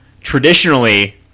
traditionally